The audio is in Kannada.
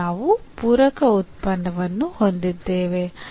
ಮತ್ತು ನಾವು ಪೂರಕ ಉತ್ಪನ್ನವನ್ನು ಹೊಂದಿದ್ದೇವೆ